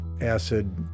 acid